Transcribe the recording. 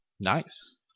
Nice